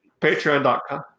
Patreon.com